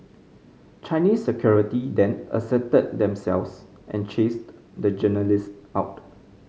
Chinese security then asserted themselves and chased the journalist out